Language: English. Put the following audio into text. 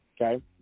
okay